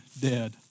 dead